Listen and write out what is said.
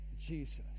Jesus